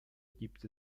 gibt